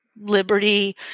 liberty